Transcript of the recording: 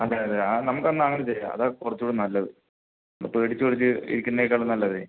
അതെ അതെ ആ നമുക്കെന്നാൽ അങ്ങനെ ചെയ്യാം അതാ കുറച്ചും കൂടെ നല്ലത് ഇപ്പം പേടിച്ച് പേടിച്ച് ഇരിക്കുന്നതിനേക്കാളും നല്ലത്